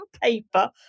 paper